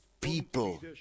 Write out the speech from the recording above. people